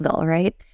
right